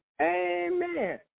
Amen